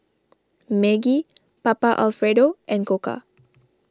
Maggi Papa Alfredo and Koka